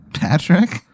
Patrick